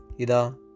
Ida